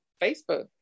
Facebook